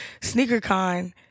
SneakerCon